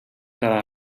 cada